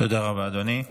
תודה רבה, אדוני.